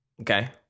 Okay